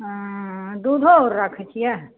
हँ दूधो अर राखै छियै